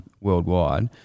worldwide